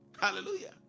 Hallelujah